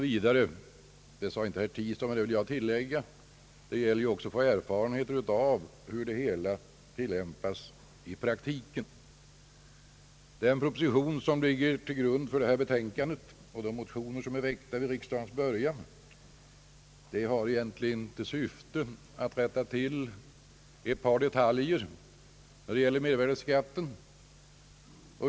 Vidare — det sade inte herr Tistad, men det vill jag tillägga — gäller det att också vinna erfarenhet av hur det hela tilllämpas i praktiken. Den proposition som ligger till grund för betänkandet och de motioner som väckts vid riksdagens början har egentligen till syfte att rätta till ett par detaljer rörande mervärdeskatten.